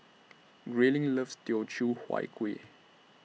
Grayling loves Teochew Huat Kuih